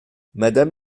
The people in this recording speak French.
madame